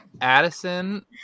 Addison